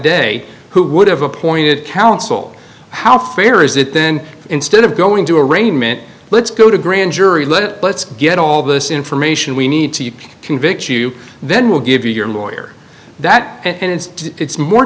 day who would have appointed counsel how fair is it then instead of going to arraignment let's go to grand jury let let's get all this information we need to convict you then we'll give you your lawyer that and it's more